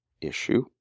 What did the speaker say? issue